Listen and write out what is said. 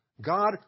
God